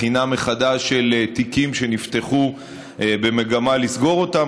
בבחינה מחדש של תיקים שנפתחו במגמה לסגור אותם.